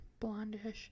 blondish